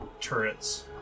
turrets